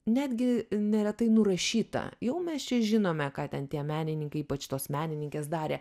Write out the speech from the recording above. netgi neretai nurašyta jau mes čia žinome ką ten tie menininkai ypač tos menininkės darė